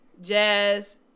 Jazz